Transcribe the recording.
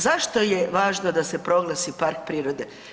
Zašto je važno da se proglasi park prirode?